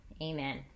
amen